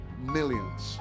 millions